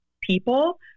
people